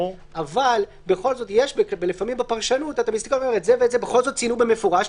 אבל לפעמים בפרשנות אתה אומר: את זה ואת זה בכל זאת ציינו במפורש,